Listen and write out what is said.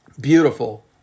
Beautiful